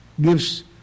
gives